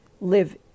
live